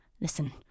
listen